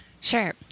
sure